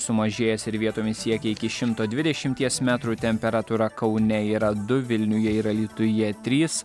sumažėjęs ir vietomis siekia iki šimto dvidešimties metrų temperatūra kaune yra du vilniuje ir alytuje trys